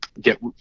get